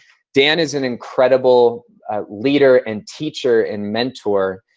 dan is an incredible leader and teacher and mentor.